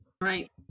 right